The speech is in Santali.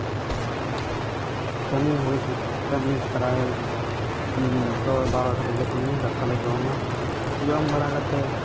ᱠᱟᱹᱢᱤ ᱦᱩᱭ ᱠᱟᱹᱢᱤ ᱥᱟᱨᱟ ᱫᱚ ᱵᱟᱨᱚᱴᱟ ᱦᱟᱨᱤᱡᱞᱮ ᱠᱟᱹᱢᱤᱭᱟ ᱫᱟᱠᱟᱞᱮ ᱡᱚᱢᱟ ᱡᱚᱢ ᱵᱟᱲᱟᱠᱟᱛᱮ